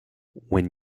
when